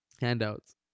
Handouts